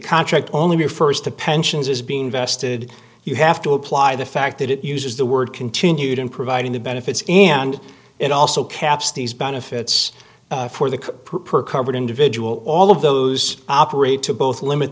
contract only refers to pensions as being vested you have to apply the fact that it uses the word continued in providing the benefits and it also caps these benefits for the covered individual all of those operate to both limit